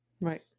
Right